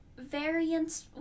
variants